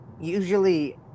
usually